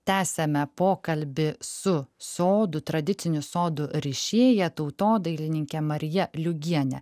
tęsiame pokalbį su sodų tradicinių sodų rišėja tautodailininke marija liugiene